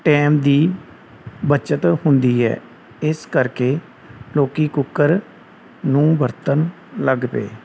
time ਦੀ ਬੱਚਤ ਹੁੰਦੀ ਹੈ ਇਸ ਕਰਕੇ ਲੋਕੀ ਕੁੱਕਰ ਨੂੰ ਵਰਤਣ ਲੱਗ ਪਏ